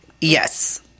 Yes